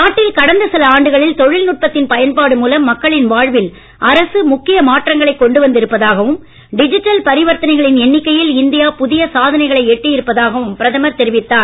நாட்டில் கடந்த சில ஆண்டுகளில் தொழில்நுட்பத்தின் பயன்பாடு மூலம் மக்களின் வாழ்வில் அரசு முக்கிய மாற்றங்களை கொண்டு வந்து இருப்பதாகவும் டிஜிட்டல் பரிவர்த்தனைகளின் எண்ணிக்கையில் இந்தியா புதிய சாதனைகளை எட்டியிருப்பதாகவும் பிரதமர் தெரிவித்தார்